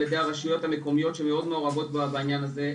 על ידי הרשויות המקומיות שמוד מעורבות בדבר הזה.